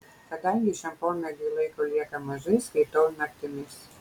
kadangi šiam pomėgiui laiko lieka mažai skaitau naktimis